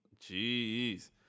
jeez